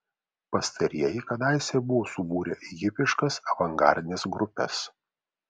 pastarieji kadaise buvo subūrę hipiškas avangardines grupes